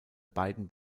beiden